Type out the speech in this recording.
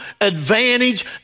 advantage